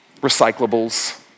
Recyclables